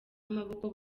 amaboko